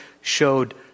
showed